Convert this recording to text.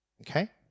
okay